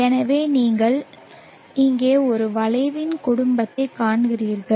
எனவே நீங்கள் இங்கே ஒரு வளைவின் குடும்பத்தைக் காண்கிறீர்கள்